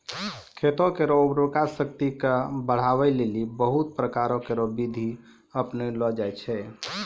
खेत केरो उर्वरा शक्ति क बढ़ाय लेलि बहुत प्रकारो केरो बिधि अपनैलो जाय छै